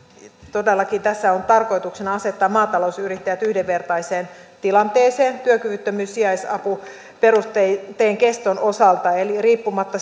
todellakin tässä on tarkoituksena asettaa maatalousyrittäjät yhdenvertaiseen tilanteeseen työkyvyttömyyssijaisapuperusteen keston osalta riippumatta